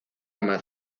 más